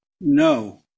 No